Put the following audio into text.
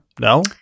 no